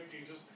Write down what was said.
Jesus